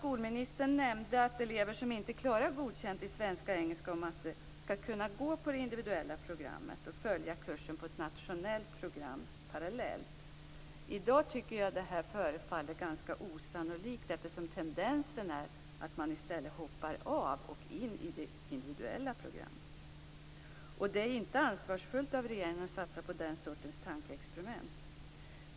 Skolministern nämnde att elever som inte klarar godkänt i svenska, engelska och matematik skall kunna gå på det individuella programmet och följa kursen på ett nationellt program parallellt. I dag tycker jag att det förefaller ganska osannolikt eftersom tendensen är att man i stället hoppar av och in i det individuella programmet. Det är inte ansvarsfullt av regeringen att satsa på den sortens tankeexperiment.